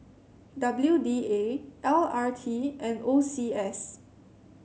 W D A L R T and O C S